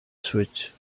switch